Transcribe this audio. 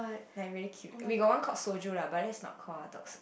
like very cute we got one called soju lah but let's not call our dogs